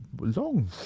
long